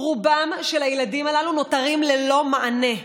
רוב הילדים הללו נותרים ללא מענה.